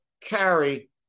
carry